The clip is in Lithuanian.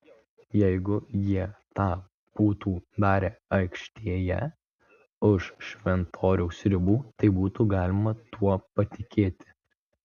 jeigu jie tą būtų darę aikštėje už šventoriaus ribų tai būtų galima tuo patikėti